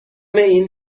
این